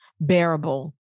bearable